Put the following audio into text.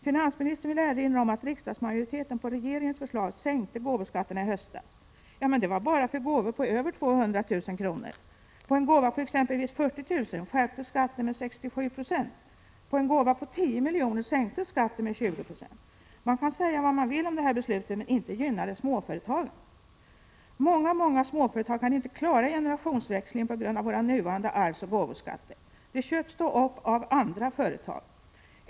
Finansministern vill erinra om att riksdagsmajoriteten på regeringens förslag sänkte gåvoskatterna i höstas. Ja, men det gällde bara för gåvor på över 200 000 kr. På en gåva på 40 000 kr. skärptes skatten med 67 96, på en gåva på 10 miljoner sänktes skatten med 20 20. Man kan säga vad man vill om detta beslut, men inte gynnar det småföretagen. Många, många småföretag kan inte klara generationsväxlingen på grund av våra nuvarande arvsoch gåvoskatter. De köps då upp av andra företag.